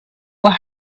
were